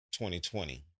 2020